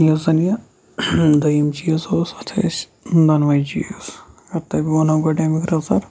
یُس زَن یہِ دوٚیُم چیٖز اوس اَتھ ٲسۍ دوٚنوَے چیٖز اگر تۄہہِ بہٕ وَنو گۄڈٕ اَمیُک رٕژَر